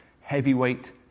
heavyweight